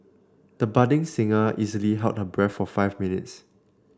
the budding singer easily held her breath for five minutes